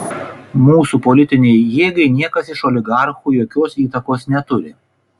mūsų politinei jėgai niekas iš oligarchų jokios įtakos neturi